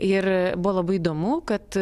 ir buvo labai įdomu kad